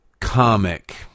Comic